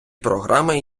програми